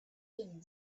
thin